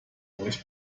euch